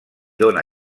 dóna